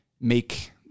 make